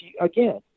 again